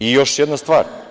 Još jedna stvar.